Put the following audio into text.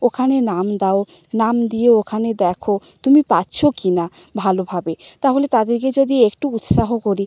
ওখানে নাম দাও নাম দিয়ে ওখানে দেখো তুমি পারছ কি না ভালোভাবে তাহলে তাদেরকে যদি একটু উৎসাহ করি